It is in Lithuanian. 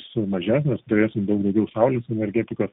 sumažės mes turėsim daugiau saulės energetikos